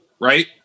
right